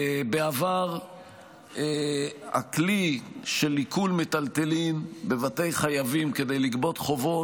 בעבר לכלי של עיקול מיטלטלין בבתי חייבים כדי לגבות חובות,